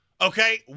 okay